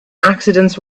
accidents